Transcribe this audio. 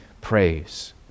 praise